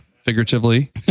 figuratively